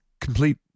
complete